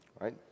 Right